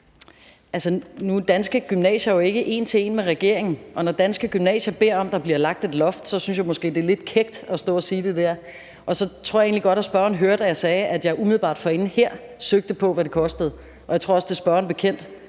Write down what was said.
er Danske Gymnasier jo ikke en til en med regeringen, og når Danske Gymnasier beder om, at der bliver lagt et loft, så synes jeg måske, det er lidt kækt at stå og sige det der. Jeg tror egentlig godt, at spørgeren hørte, at jeg sagde, at jeg umiddelbart her forinden søgte på, hvad det kostede, og jeg tror også, det er spørgeren bekendt,